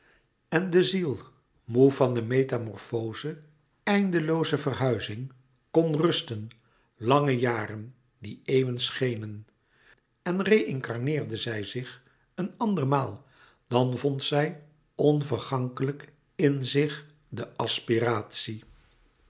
en de ziel moê van de metamorfoze eindelooze verhuizing kon rusten lange jaren die eeuwen schenen en reïncarneerde zij zich een ander maal dan vond zij onvergankelijk in zich de aspiratie